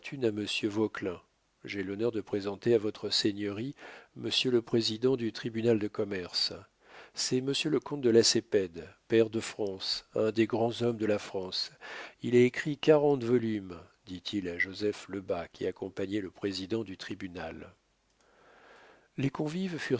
j'ai l'honneur de présenter à votre seigneurie monsieur le président du tribunal de commerce c'est monsieur le comte de lacépède pair de france un des grands hommes de la france il a écrit quarante volumes dit-il à joseph lebas qui accompagnait le président du tribunal les convives